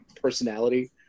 personality